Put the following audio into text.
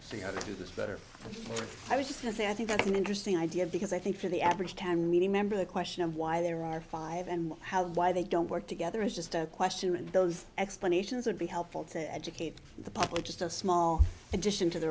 see how to do this better i was just to say i think that's an interesting idea because i think for the average time media member the question of why there are five and how why they don't work together is just a question and those explanations would be helpful to educate the public just a small addition to the